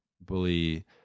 bully